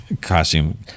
costume